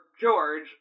George